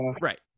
right